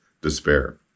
Despair